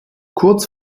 kurz